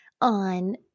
on